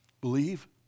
Believe